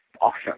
awesome